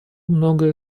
многое